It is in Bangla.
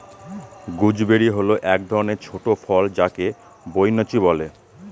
গুজবেরি হল এক ধরনের ছোট ফল যাকে বৈনচি বলে